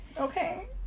okay